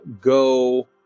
go